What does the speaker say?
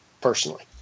personally